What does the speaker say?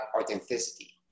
authenticity